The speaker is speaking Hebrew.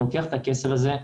אני לוקח את הכסף הזה,